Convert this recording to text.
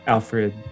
Alfred